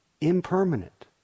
impermanent